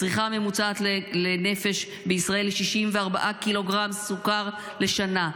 הצריכה הממוצעת לנפש בישראל היא 64 קילוגרם בשנה,